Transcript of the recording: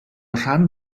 rhan